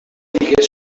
digué